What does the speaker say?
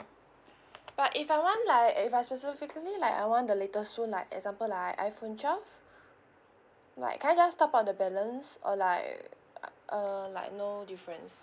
but if I want like if I specifically like I want the latest phone like example like iPhone twelve like can I just top up the balance or like err like no difference